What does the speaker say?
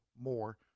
more